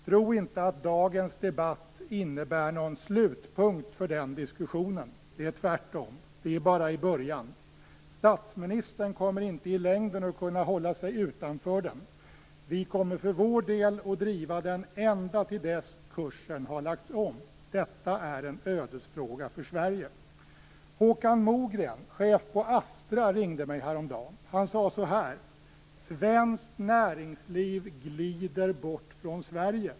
Tro inte att dagens debatt innebär någon slutpunkt för den diskussionen. Det är tvärtom; vi är bara i början. Statsministern kommer inte i längden att kunna hålla sig utanför den. Vi kommer för vår del att driva den ända till dess att kursen har lagts om. Detta är en ödesfråga för Sverige. Håkan Mogren, chef på Astra, ringde mig häromdagen. Han sade så här: Svenskt näringsliv glider bort från Sverige.